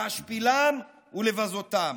להשפילם ולבזותם.